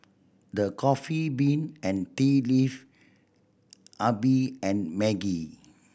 The Coffee Bean and Tea Leaf Habibie and Maggi